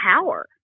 power